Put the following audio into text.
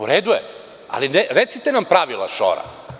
U redu je, ali recite nam pravila šora.